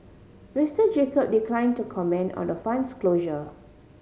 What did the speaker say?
Mister Jacob decline to comment on the fund's closure